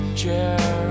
chair